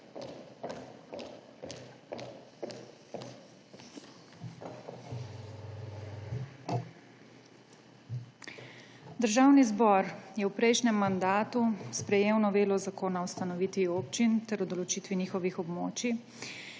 Državni zbor je v prejšnjem mandatu sprejel novelo Zakona o ustanovitvi občin ter o določitvi njihovih območij,